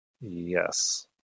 Yes